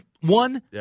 one